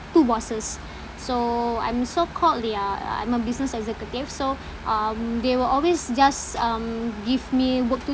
two bosses so I'm so called their uh I'm a business executive so um they will always just um give me work to